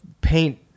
paint